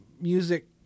music